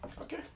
Okay